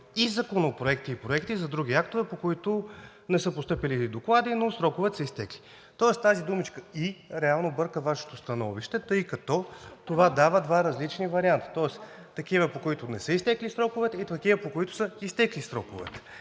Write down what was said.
и законопроекти и проекти за други актове, по които не са постъпили доклади, но сроковете са изтекли.“ Тоест тази думичка „и“ реално бърка Вашето становище, тъй като това дава два различни варианта. Тоест такива, по които не са изтекли сроковете, и такива, по които са изтекли сроковете.